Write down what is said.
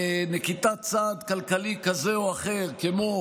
נקיטת צעד כלכלי כזה או אחר, כמו